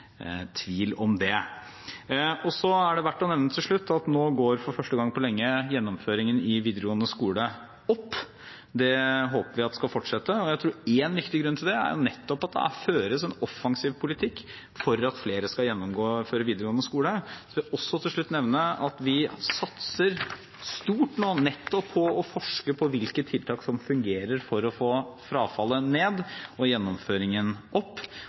tvil om det. Så er det verdt å nevne til slutt at nå går for første gang på lenge gjennomføringen i videregående skole opp – det håper jeg skal fortsette. Jeg tror en viktig grunn til det er nettopp at det føres en offensiv politikk for at flere skal gjennomføre videregående skole. Så vil jeg også til slutt nevne at vi satser stort nå nettopp på å forske på hvilke tiltak som fungerer for å få frafallet ned og gjennomføringen opp.